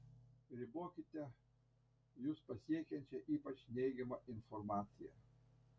ribokite jus pasiekiančią ypač neigiamą informaciją